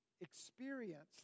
experience